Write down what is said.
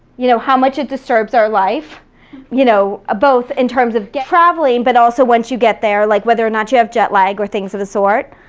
you know, how much it disturbs our life you know both in terms of traveling but also once you get there, like whether or not you have jet lag or things of the sort,